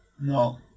No